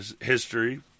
history